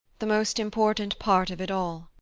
the most important part of it all.